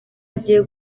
agiye